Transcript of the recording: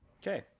Okay